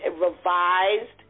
revised